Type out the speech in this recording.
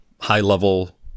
high-level